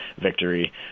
victory